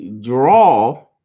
draw